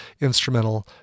instrumental